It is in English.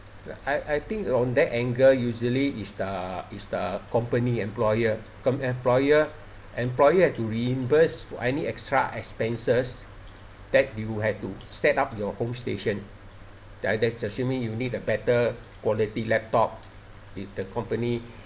I I think on that angle usually is the is the company employer com~ employer employer have to reimburse any extra expenses that you will have to set up your home station that's assuming you need a better quality laptop with the company